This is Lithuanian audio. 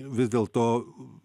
vis dėlto